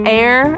air